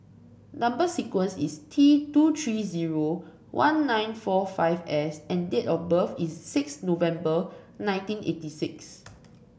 number sequence is T two three zero one nine four five S and date of birth is six November nineteen eighty six